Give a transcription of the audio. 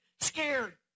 scared